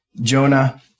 Jonah